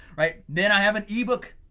right. then i have an ebook!